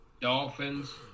Dolphins